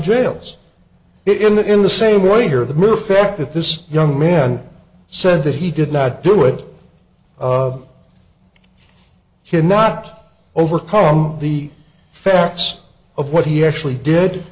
jails it in the in the same way here the mere fact that this young man said that he did not do it cannot overcome the facts of what he actually did